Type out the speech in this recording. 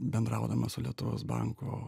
bendraudama su lietuvos banku